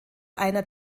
einer